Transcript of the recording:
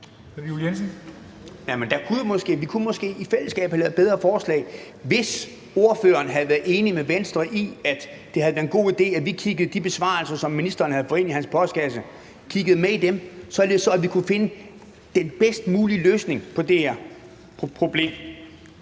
vi kunne måske i fællesskab have lavet et bedre forslag, hvis ordføreren havde været enig med Venstre i, at det havde været en god idé, at vi kiggede med i de besvarelser, som ministeren havde fået ind i sin postkasse, således at vi kunne finde den bedst mulige løsning på det her problem.